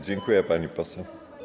Dziękuję, pani poseł.